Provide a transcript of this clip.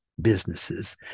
businesses